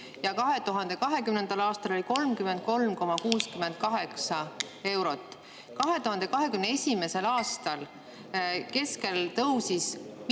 ja 2020. aastal oli 33,68 eurot. 2021. aasta keskel tõusis